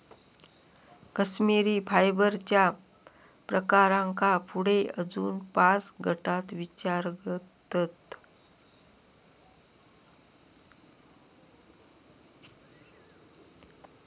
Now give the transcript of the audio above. कश्मिरी फायबरच्या प्रकारांका पुढे अजून पाच गटांत विभागतत